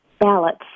ballots